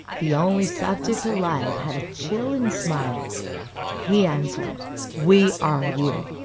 the only subject alive had a chilling smile he answered we are you.